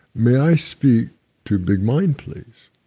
may i speak to big mind please?